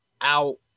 out